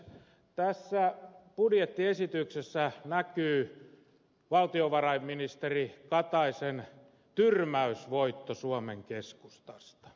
tässä budjettiesityksessä näkyy valtiovarainministeri kataisen tyrmäysvoitto suomen keskustasta